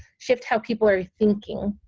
shift how people are thinking,